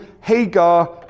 Hagar